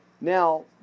Now